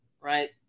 right